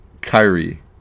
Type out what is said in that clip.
Kyrie